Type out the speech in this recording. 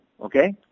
okay